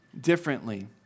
differently